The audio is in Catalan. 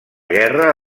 guerra